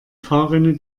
fahrrinne